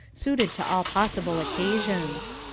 suited to all possible occasions.